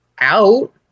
out